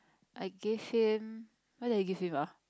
I gave him what did I give him uh